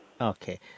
Okay